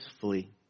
flee